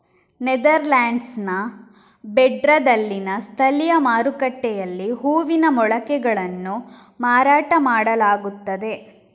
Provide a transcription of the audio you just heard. ನೆದರ್ಲ್ಯಾಂಡ್ಸಿನ ಬ್ರೆಡಾದಲ್ಲಿನ ಸ್ಥಳೀಯ ಮಾರುಕಟ್ಟೆಯಲ್ಲಿ ಹೂವಿನ ಮೊಳಕೆಗಳನ್ನು ಮಾರಾಟ ಮಾಡಲಾಗುತ್ತದೆ